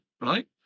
right